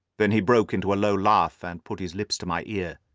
then he broke into a low laugh and put his lips to my ear.